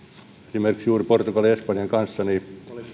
esimerkiksi juuri portugalin ja espanjan kanssa niin